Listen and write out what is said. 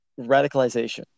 radicalization